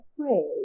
afraid